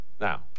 Now